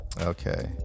okay